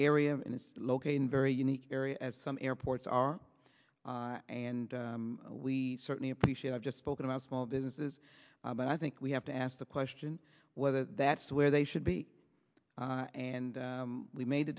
area and it's located in very unique area as some airports are and we certainly appreciate i've just spoken about small businesses but i think we have to ask the question whether that's where they should be and we made a